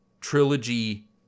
Trilogy